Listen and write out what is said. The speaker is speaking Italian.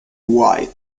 white